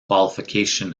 qualification